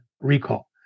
recall